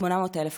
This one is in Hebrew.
800,000 כבר.